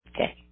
okay